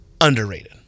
underrated